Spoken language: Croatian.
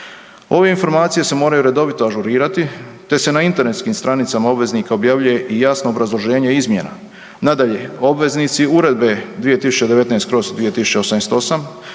Ove informacije se moraju redovito ažurirati te se na internetskim stranicama obveznika objavljuje i jasno obrazloženje izmjena. Nadalje, obveznici Uredbe 2019/2088